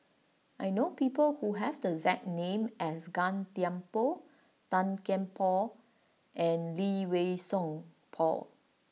I know people who have the exact name as Gan Thiam Poh Tan Kian Por and Lee Wei Song Paul